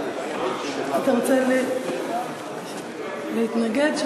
אתה רוצה להתנגד?